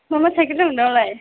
मा मा साइकेल दं नोंनावलाय